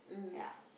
ya